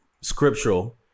scriptural